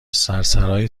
سرسرای